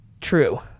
true